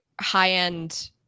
high-end